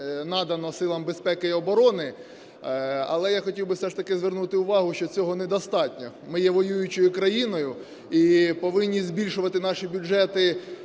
надано силам безпеки і оборони. Але я хотів би все ж таки звернути увагу, що цього недостатньо, ми є воюючою країною і повинні збільшувати наші бюджети